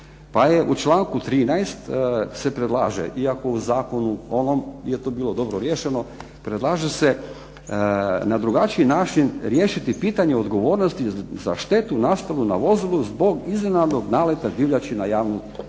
u članku 13. predlaže iako u Zakonu ovom je to bilo dobro riješeno, predlaže se na drugačiji način riješiti pitanje odgovornosti za štetu nastalu na vozilu zbog iznenadnog naleta divljači na javnu cestu.